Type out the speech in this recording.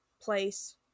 place